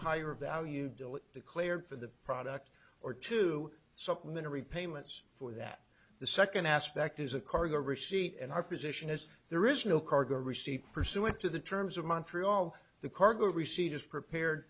higher value bill declared for the product or two supplementary payments for that the second aspect is a cargo receipt and our position is there is no cargo receipt pursuant to the terms of montreal the cargo receipt is prepared